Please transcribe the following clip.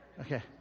Okay